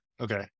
okay